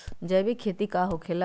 जैविक खेती का होखे ला?